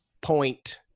point